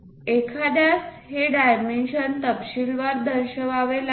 एखाद्यास हे डायमेन्शन तपशीलवार दर्शवावे लागेल